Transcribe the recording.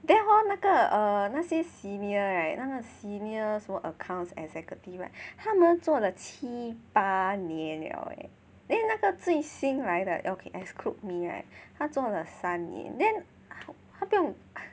then hor 那个 err 那些 senior right 那个 senior 什么 accounts executive ah 他们做了七八年了 eh then 那个最新来的 okay exclude me right 他做了三年 then 他不用